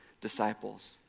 disciples